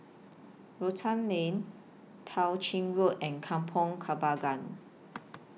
Rotan Lane Tao Ching Road and Kampong Kembangan